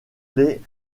les